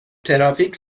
ترافیک